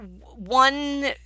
one